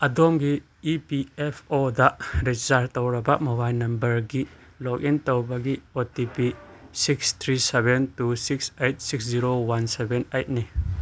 ꯑꯗꯣꯝꯒꯤ E P F ꯑꯣꯗ register ꯇꯧꯔꯕ ꯃꯣꯕꯥꯏꯜ ꯅꯝꯕꯔꯒꯤ ꯂꯣꯛ ꯏꯟ ꯇꯧꯕꯒꯤ O T P six three seven two six eight six zero one seven ꯑꯩꯠꯅꯤ